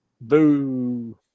Boo